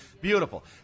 Beautiful